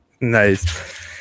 Nice